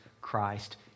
Christ